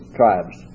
tribes